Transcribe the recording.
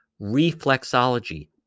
reflexology